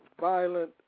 violent